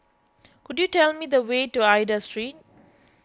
could you tell me the way to Aida Street